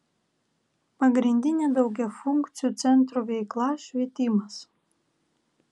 pagrindinė daugiafunkcių centrų veikla švietimas